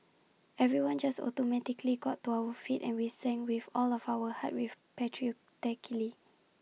everyone just automatically got to our feet and we sang with all of our hearts very patriotically